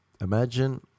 imagine